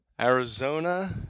Arizona